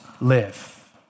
live